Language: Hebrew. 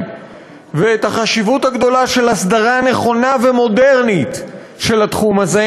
ואת חשיבותה הגדולה של הסדרה נכונה ומודרנית של התחום הזה,